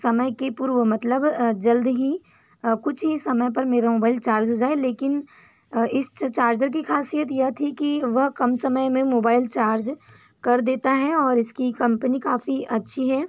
समय के पूर्व मतलब जल्द ही कुछ ही समय पर मेरा मोबाइल चार्ज हो जाए लेकिन इस चार्जर की खासियत यह थी कि वह कम समय में मोबाइल चार्ज कर देता है और इसकी कंपनी काफ़ी अच्छी है